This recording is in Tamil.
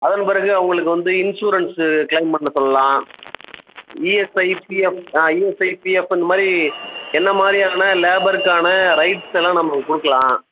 அதன் பிறகு அவங்களுக்கு வந்து இன்ஷுரன்ஸு க்ளைம் பண்ண சொல்லலாம் இஎஸ்ஐ பிஎஃப் ஆ இஎஸ்ஐ பிஎஃப்ஃபு இந்த மாதிரி என்ன மாதிரியான லேபருக்கான ரைட்ஸ் எல்லாம் நம்மளுக்கு கொடுக்கலாம்